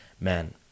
man